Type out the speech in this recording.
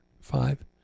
five